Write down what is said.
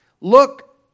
look